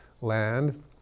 land